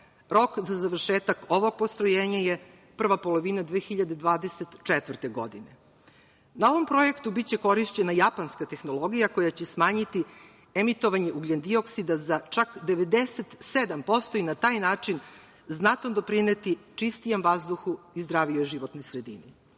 Rok za završetak ovog postrojenja je prva polovina 2024. godine. Na ovom projektu biće korišćena japanska tehnologija, koja će smanjiti emitovanje ugljendioksida za čak 97% i na taj način znatno doprineti čistijem vazduhu i zdravijoj životnoj sredini. Godine